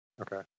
Okay